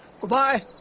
Goodbye